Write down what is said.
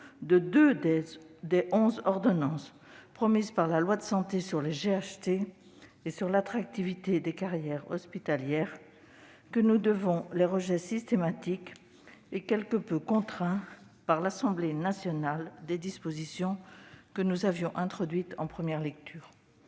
de deux des onze ordonnances promises par la loi Santé sur les GHT et sur l'attractivité des carrières hospitalières que nous devons le rejet systématique, et quelque peu contraint, par l'Assemblée nationale des dispositions que nous avions introduites en première lecture.